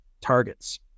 targets